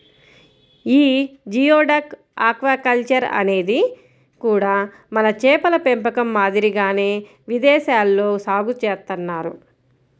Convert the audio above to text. యీ geoduck aquaculture అనేది కూడా మన చేపల పెంపకం మాదిరిగానే విదేశాల్లో సాగు చేత్తన్నారు